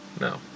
no